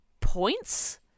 points